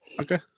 Okay